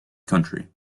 country